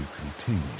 continue